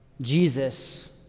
Jesus